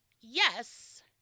yes